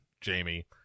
Jamie